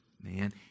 man